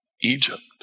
Egypt